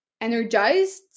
energized